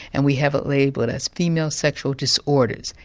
and we have it labelled as female sexual disorders,